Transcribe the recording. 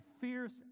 fierce